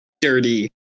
dirty